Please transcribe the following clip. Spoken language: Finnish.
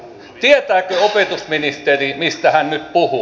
tietääkö opetusministeri mistä hän nyt puhuu